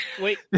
wait